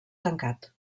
tancat